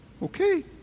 Okay